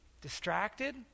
distracted